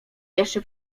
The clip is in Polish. jeszcze